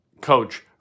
coach